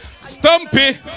Stumpy